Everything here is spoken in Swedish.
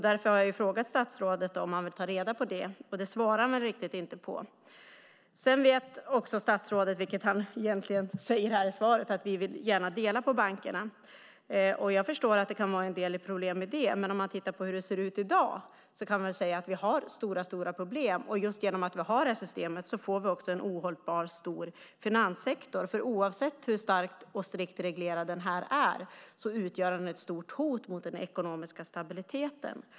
Därför har jag frågat statsrådet om han vill ta reda på det, men det svarar han inte riktigt på. Statsrådet vet att vi vill dela på bankerna. Jag förstår att det kan vara problematiskt, men tittar man på hur det ser ut i dag har vi stora problem. Genom att vi har det system vi har får vi en ohållbart stor finanssektor. Oavsett hur strikt reglerad den är utgör den ett stort hot mot den ekonomiska stabiliteten.